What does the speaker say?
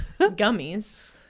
gummies